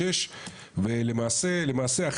ולמעשה,